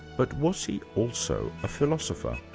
but was he also a philosopher?